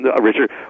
Richard